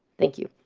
thank you.